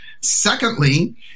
Secondly